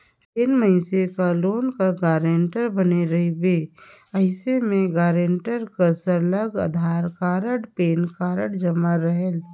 जेन मइनसे कर लोन कर गारंटर बने रहिबे अइसे में गारंटर कर सरलग अधार कारड, पेन कारड जमा रहेल